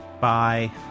Bye